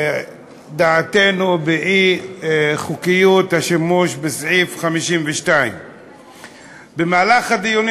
לדעתנו באי-חוקיות השימוש בסעיף 52. במהלך הדיונים,